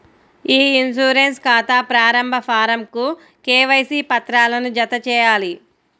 ఇ insurance ఖాతా ప్రారంభ ఫారమ్కు కేవైసీ పత్రాలను జతచేయాలి